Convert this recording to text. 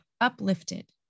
uplifted